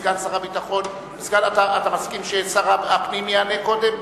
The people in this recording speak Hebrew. אתה מסכים ששר הפנים יענה קודם?